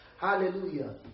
Hallelujah